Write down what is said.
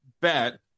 bet